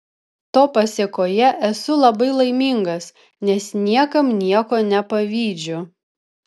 to pasėkoje esu labai laimingas nes niekam nieko nepavydžiu